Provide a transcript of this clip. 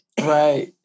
Right